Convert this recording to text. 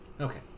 Okay